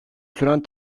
süren